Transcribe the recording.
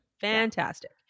fantastic